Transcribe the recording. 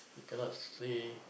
you cannot sway